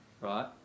Right